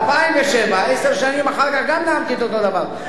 ב-2007, עשר שנים אחר כך, גם נאמתי את אותו דבר.